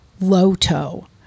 Loto